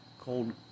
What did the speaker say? Cold